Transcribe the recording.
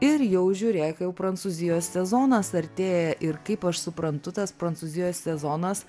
ir jau žiūrėk jau prancūzijos sezonas artėja ir kaip aš suprantu tas prancūzijos sezonas